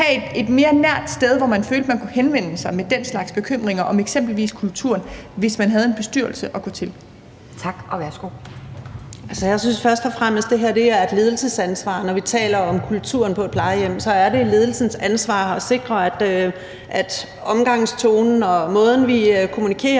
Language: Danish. at gå til, hvor man følte, man kunne henvende sig med den slags bekymringer om eksempelvis kulturen? Kl. 12:20 Anden næstformand (Pia Kjærsgaard): Tak, og værsgo. Kl. 12:20 Kirsten Normann Andersen (SF): Altså, jeg synes først og fremmest, det her er et ledelsesansvar. Når vi taler om kulturen på et plejehjem, så er det ledelsens ansvar at sikre, at omgangstonen og måden, vi kommunikerer